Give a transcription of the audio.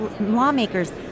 lawmakers